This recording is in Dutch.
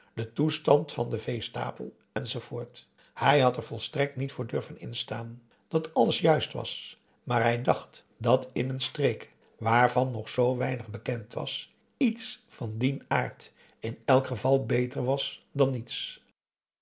den toestand van den veestapel enz hij had er volstrekt niet voor durven instaan p a daum hoe hij raad van indië werd onder ps maurits dat alles juist was maar hij dacht dat in een streek waarvan nog zoo weinig bekend was iets van dien aard in elk geval beter was dan niets